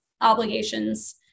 obligations